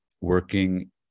working